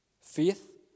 Faith